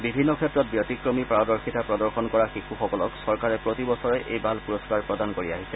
বিভিন্ন ক্ষেত্ৰত ব্যতিক্ৰমী পাৰদৰ্শিতা প্ৰদৰ্শন কৰা শিশুসকলক চৰকাৰে প্ৰতি বছৰে এই বাল পুৰম্ণাৰ প্ৰদান কৰি আহিছে